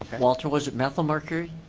walter was it me this will mercury?